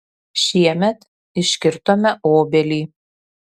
šiemet iškirtome obelį